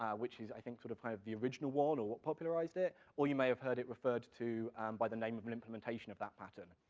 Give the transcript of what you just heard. which is, i think sort of kind of the original one or what popularized it, or you may have heard it referred to by the name of an implementation of that pattern.